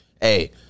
Hey